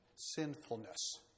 sinfulness